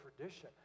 tradition